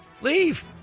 Leave